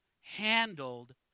handled